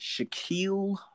Shaquille